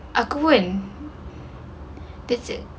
aku pun that's it